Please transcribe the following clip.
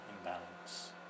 imbalance